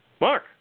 Mark